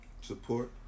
support